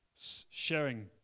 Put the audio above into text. sharing